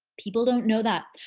people don't know that.